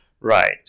right